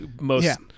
most-